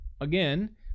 again